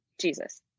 Jesus